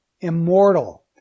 immortal